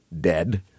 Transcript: Dead